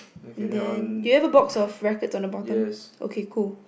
and then do you have a box of rackets on the bottom okay cool